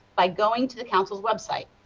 by going to the council's website.